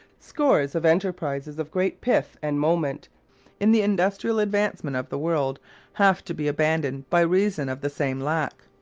scores of enterprises of great pith and moment in the industrial advancement of the world have to be abandoned by reason of the same lack.